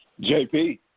JP